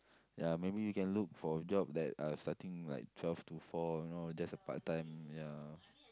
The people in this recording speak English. ya maybe you can look for job that uh starting like twelve to four you know just a part-time ya